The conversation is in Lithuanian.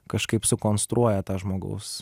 kažkaip sukonstruoja tą žmogaus